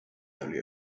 early